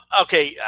Okay